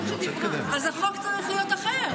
אז החוק צריך להיות אחר.